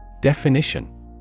Definition